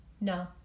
No